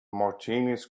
martinis